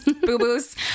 Boo-boos